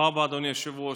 תודה רבה, אדוני היושב-ראש.